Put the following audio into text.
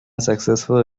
successful